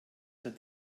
der